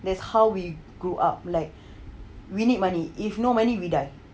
that's how we grew up like we need money if no money we die